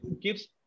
gives